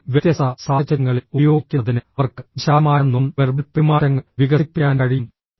അതിനാൽ വ്യത്യസ്ത സാഹചര്യങ്ങളിൽ ഉപയോഗിക്കുന്നതിന് അവർക്ക് വിശാലമായ നോൺ വെർബൽ പെരുമാറ്റങ്ങൾ വികസിപ്പിക്കാൻ കഴിയും